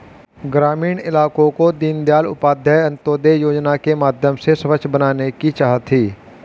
ग्रामीण इलाकों को दीनदयाल उपाध्याय अंत्योदय योजना के माध्यम से स्वच्छ बनाने की चाह थी